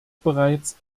bereits